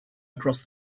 across